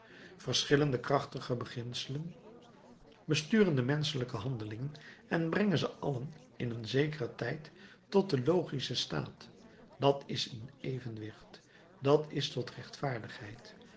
verschillende krachtige beginselen besturen de menschelijke handelingen en brengen ze allen in een zekeren tijd tot den logischen staat dat is in evenwicht dat is tot rechtvaardigheid